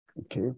Okay